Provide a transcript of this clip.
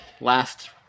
last